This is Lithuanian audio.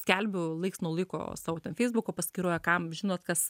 skelbiu laiks nuo laiko savo feisbuko paskyroje kam žinot kas